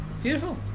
Beautiful